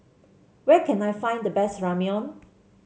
where can I find the best Ramyeon